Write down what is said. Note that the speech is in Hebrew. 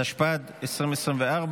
התשפ"ג 2023,